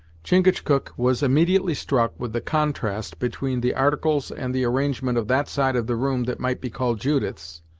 chingachgook was immediately struck with the contrast between the articles and the arrangement of that side of the room that might be called judith's,